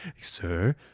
sir